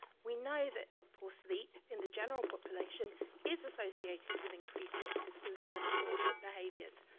we know that poor sleep in the general population is associated with increased risk of suicidal thoughts and behaviors,